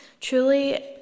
truly